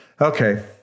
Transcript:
Okay